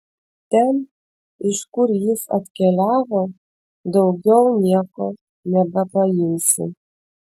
ten iš kur jis atkeliavo daugiau nieko nebepaimsi